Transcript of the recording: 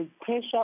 pressure